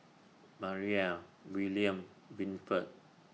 Maira William Winford